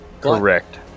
correct